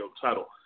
title